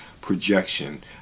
projection